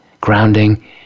grounding